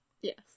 yes